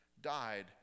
died